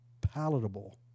palatable